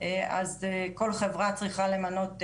אז כל חברה צריכה למנות אחראי,